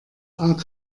akw